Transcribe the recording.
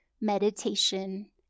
meditation